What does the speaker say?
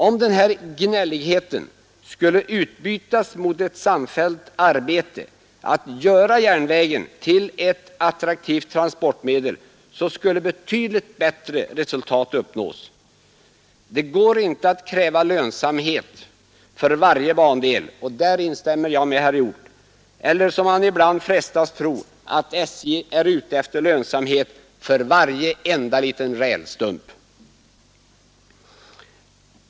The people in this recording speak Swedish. Om denna gnällighet skulle utbytas mot ett samfällt arbete på att göra järnvägen till ett attraktivt transportmedel skulle betydligt bättre resultat uppnås. Det går inte att kräva lönsamhet för varje bandel — på den punkten delar jag herr Hjorths uppfattning — men ibland verkar det som om SJ är ute efter lönsamhet för varenda liten rälstump.